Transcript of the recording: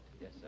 yes